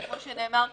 כמו שנאמר כאן,